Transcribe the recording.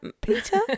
Peter